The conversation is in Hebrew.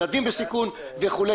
ילדים בסיכון וכו'.